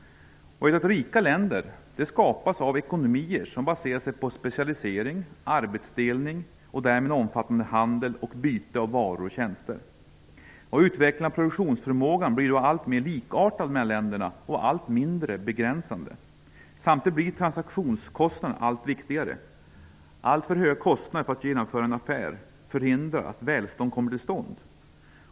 Rika länder skapas av ekonomier som baseras på specialisering, arbetsdelning och därmed en omfattande handel och byte av varor och tjänster. Utvecklingen av produktionsförmågan blir då alltmer likartad mellan länderna och allt mindre begränsande. Samtidigt blir transaktionskostnaderna allt viktigare. Alltför höga kostnader för att genomföra en affär förhindrar att välstånd kommer till stånd.